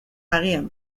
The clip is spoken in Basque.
agian